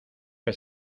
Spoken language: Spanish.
que